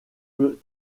peut